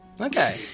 Okay